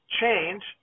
change